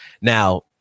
Now